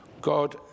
God